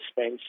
space